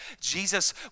Jesus